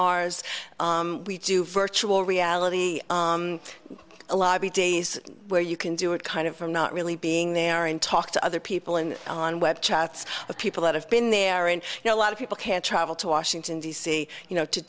s we do virtual reality a lobby days where you can do it kind of from not really being there and talk to other people in on web chats of people that have been there and you know a lot of people can't travel to washington d c you know to